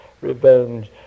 revenge